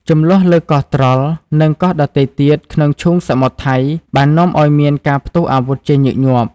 ជម្លោះលើកោះត្រល់ និងកោះដទៃទៀតក្នុងឈូងសមុទ្រថៃ បាននាំឱ្យមានការផ្ទុះអាវុធជាញឹកញាប់។